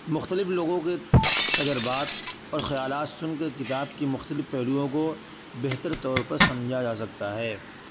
مختلف لوگوں کے تجربات اور خیالات سن کر کتاب کی مختلف پہلوؤں کو بہتر طور پر سمجھا جا سکتا ہے